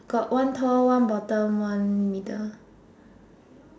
got one tall one bottom one middle